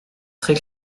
très